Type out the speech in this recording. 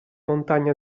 montagne